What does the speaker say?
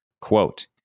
quote